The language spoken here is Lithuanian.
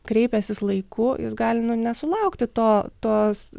kreipęsis laiku jis gali nu nesulaukti to tos